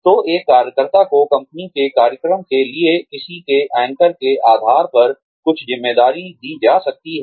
तो एक कार्यकर्ता को कंपनी के कार्यक्रम के लिए किसी के एंकर के आधार पर कुछ ज़िम्मेदारी दी जा सकती है